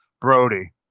Brody